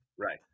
Right